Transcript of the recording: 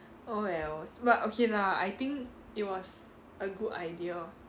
oh wells but okay lah I think it was a good idea